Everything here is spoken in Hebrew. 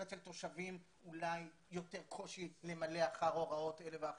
אצל תושבים אולי יותר קושי למלא אחר הוראות אלה ואחרות.